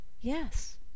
yes